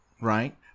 right